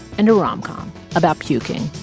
and a rom-com about puking.